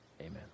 amen